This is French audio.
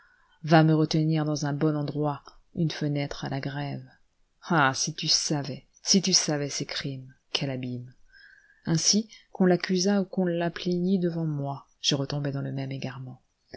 va me retenir dans un bon endroit une fenêtre à la grève ah si tu savais si tu savais ses crimes quel abîme ainsi qu'on l'accusât ou qu'on la plaignît devant moi je retombais dans le même égarement